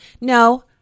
no